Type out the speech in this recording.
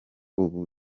ubu